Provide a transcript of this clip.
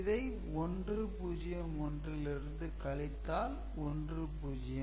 இதை 1 0 1 லிருந்து கழித்தால் 1 0